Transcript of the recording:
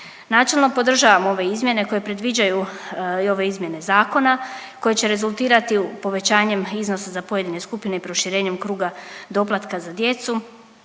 Načelno podržavam ove izmjene koje predviđaju i ove izmjene zakona koje će rezultirati povećanjem iznosa za pojedine skupine i proširenjem kruga doplatka za djecu.